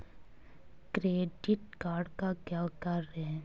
Credit card का क्या कार्य है?